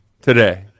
today